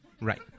Right